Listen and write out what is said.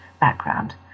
background